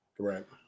Correct